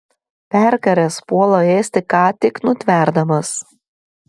perkaręs puola ėsti ką tik nutverdamas